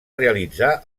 realitzar